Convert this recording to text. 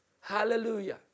Hallelujah